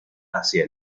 hacia